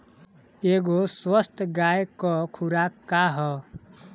एगो स्वस्थ गाय क खुराक का ह?